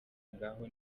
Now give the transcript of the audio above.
ngaho